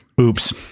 Oops